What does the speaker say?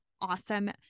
awesome